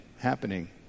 happening